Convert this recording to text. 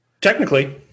Technically